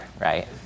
right